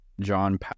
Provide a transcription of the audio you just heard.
John